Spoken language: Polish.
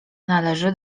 należy